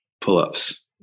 pull-ups